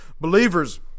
believers